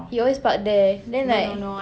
he always park there then like